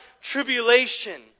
tribulation